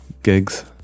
Gigs